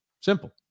Simple